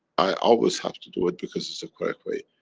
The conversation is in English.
i always have to do it because is the correct way.